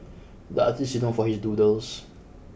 the artist is known for his doodles